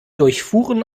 durchfuhren